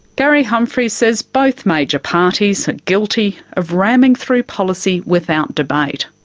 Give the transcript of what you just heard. gary humphries says both major parties are guilty of ramming through policy without debate.